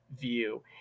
view